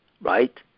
right